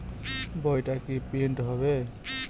বইটা কি প্রিন্ট হবে?